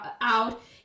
out